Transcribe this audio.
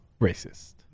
racist